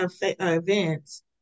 events